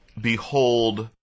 behold